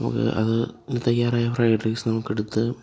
നമുക്ക് അതു തയ്യാറായ ഫ്രെയ്ഡ് റൈസ് നമുക്കെടുത്ത്